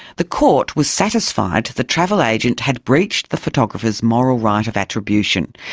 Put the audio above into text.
the court was satisfied the travel agent had breached the photographer's moral right of attribution,